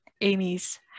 Amy's